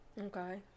Okay